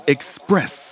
Express